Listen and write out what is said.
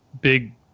big